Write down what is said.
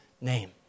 name